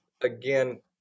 again